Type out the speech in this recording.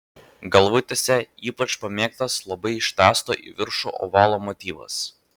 galvutėse ypač pamėgtas labai ištęsto į viršų ovalo motyvas